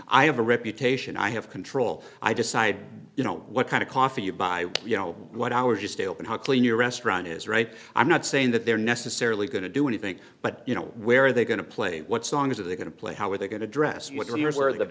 i have a reputation i have control i decide you know what kind of coffee you buy you know what i was just open how clean your restaurant is right i'm not saying that they're necessarily going to do anything but you know where are they going to play what songs are they going to play how are they going to dress what the